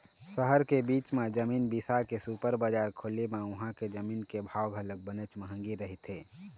सहर के बीच म जमीन बिसा के सुपर बजार खोले म उहां के जमीन के भाव घलोक बनेच महंगी रहिथे